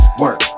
work